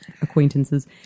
acquaintances